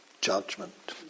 Judgment